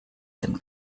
dem